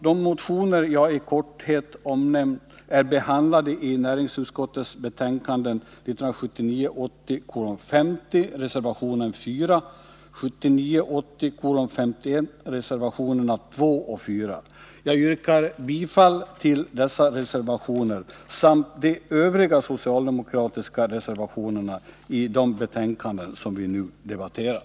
De motioner jag i korthet omnämnt är behandlade i näringsutskottets betänkanden 1979 80:51 reservationerna 2 och 4. Jag yrkar bifall till dessa reservationer samt bifall till de övriga socialdemokratiska reservationerna i de betänkanden som vi nu debatterar.